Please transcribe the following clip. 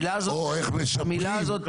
או איך משפרים.